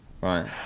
Right